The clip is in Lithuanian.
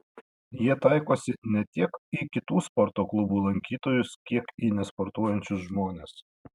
jie taikosi ne tiek į kitų sporto klubų lankytojus kiek į nesportuojančius žmones